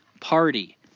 party